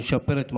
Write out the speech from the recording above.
שנשפר את מעשינו,